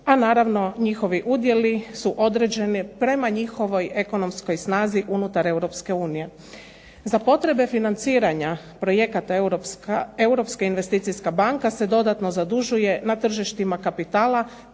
pa naravno njihovi udjeli su određeni prema njihovoj ekonomskoj snazi unutar Europske unije. Za potrebe financiranja projekata Europska investicijska banka se dodatno zadužuje na tržištima kapitala